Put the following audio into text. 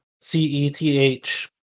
C-E-T-H